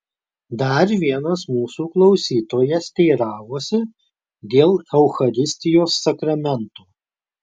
dar vienas mūsų klausytojas teiravosi dėl eucharistijos sakramento